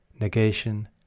Negation